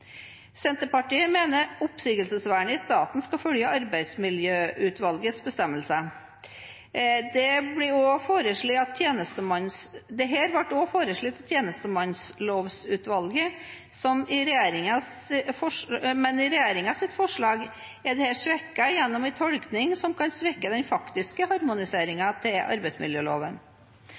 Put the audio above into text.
Senterpartiet mener oppsigelsesvernet i staten skal følge arbeidsmiljølovens bestemmelser. Dette ble også foreslått av tjenestemannslovutvalget, men i regjeringens forslag er dette svekket gjennom en tolkning som kan svekke den faktiske harmoniseringen til arbeidsmiljøloven.